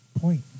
point